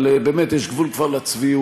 אבל באמת יש גבול כבר לצביעות.